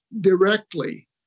directly